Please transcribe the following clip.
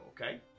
Okay